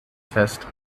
fest